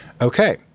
okay